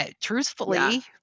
truthfully